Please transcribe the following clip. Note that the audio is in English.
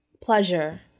pleasure